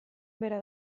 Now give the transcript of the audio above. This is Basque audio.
bera